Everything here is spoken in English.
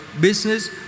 business